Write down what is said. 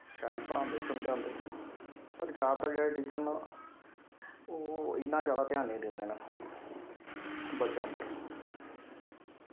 शैल पढ़ांदे समझांदे पर जैदातर जेह्ड़े टीचर न ओह् इन्ना जादा ध्यान निं दिंदे न बच्चें पर